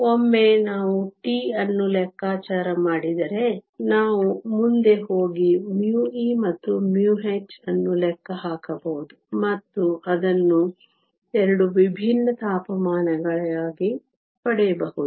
ಒಮ್ಮೆ ನಾವು τ ಅನ್ನು ಲೆಕ್ಕಾಚಾರ ಮಾಡಿದರೆ ನಾವು ಮುಂದೆ ಹೋಗಿ μe ಮತ್ತು μh ಅನ್ನು ಲೆಕ್ಕಹಾಕಬಹುದು ಮತ್ತು ಅದನ್ನು 2 ವಿಭಿನ್ನ ತಾಪಮಾನಗಳಿಗೆ ಪಡೆಯಬಹುದು